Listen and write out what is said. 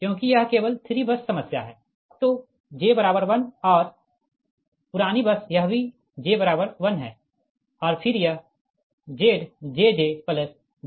क्योंकि यह केवल 3 बस समस्या है तो j1 और पुरानी बस यह भी j1 है और फिर यह ZjjZb है